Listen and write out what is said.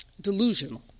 delusional